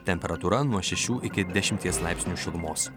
temperatūra nuo šešių iki dešimties laipsnių šilumos